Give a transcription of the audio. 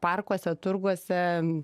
parkuose turguose